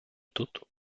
тут